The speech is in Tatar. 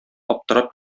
аптырап